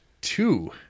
Two